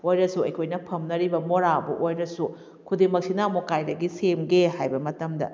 ꯑꯣꯏꯔꯁꯨ ꯑꯩꯈꯣꯏꯅ ꯐꯝꯅꯔꯤꯕ ꯃꯣꯔꯥꯕꯨ ꯑꯣꯏꯔꯁꯨ ꯈꯨꯗꯤꯡꯃꯛꯁꯤꯅ ꯑꯃꯨꯛ ꯀꯗꯥꯏꯗꯒꯤ ꯁꯦꯝꯒꯦ ꯍꯥꯏꯕ ꯃꯇꯝꯗ